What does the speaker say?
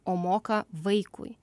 o moka vaikui